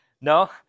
No